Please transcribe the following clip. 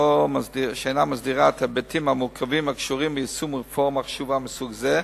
שאינה מסדירה את ההיבטים המורכבים הקשורים ביישום רפורמה חשובה מסוג זה,